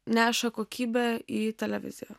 neša kokybę į televiziją